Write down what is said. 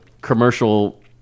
commercial